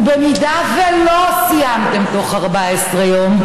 ואם לא סיימתם בתוך 14 יום,